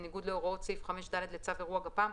בניגוד להוראות סעיף 5(ד) לצו אירוע גפ"מ,